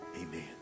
Amen